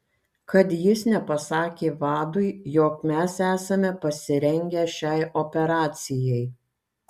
kad jis nepasakė vadui jog mes esame pasirengę šiai operacijai